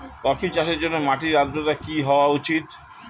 Coffee চাষের জন্য মাটির আর্দ্রতা কি হওয়া উচিৎ?